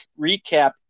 recap